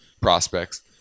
prospects